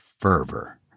fervor